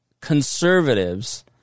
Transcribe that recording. conservatives